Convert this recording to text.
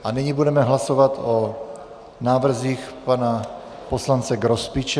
A nyní budeme hlasovat o návrzích pana poslance Grospiče.